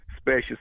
special